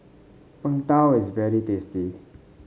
Png Tao is very tasty